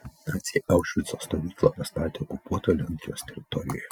naciai aušvico stovyklą pastatė okupuotoje lenkijos teritorijoje